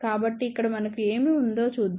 కాబట్టి ఇక్కడ మనకు ఏమి ఉందో చూద్దాం